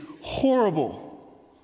horrible